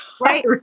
Right